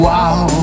Wow